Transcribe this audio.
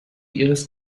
ihres